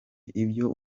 ibyo